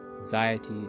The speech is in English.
anxiety